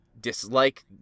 dislike